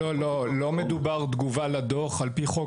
דובר פה קודם על בעלי החיים.